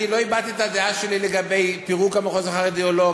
אני לא הבעתי את הדעה שלי לגבי פירוק המחוז החרדי או לא,